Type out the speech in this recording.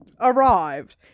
arrived